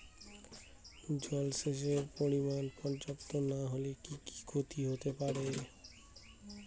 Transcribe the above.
জলসেচের পরিমাণ পর্যাপ্ত না হলে কি কি ক্ষতি হতে পারে?